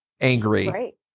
angry